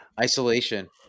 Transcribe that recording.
Isolation